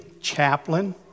chaplain